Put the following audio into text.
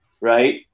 right